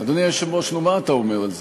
אדוני היושב-ראש, נו, מה אתה אומר על זה?